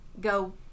Go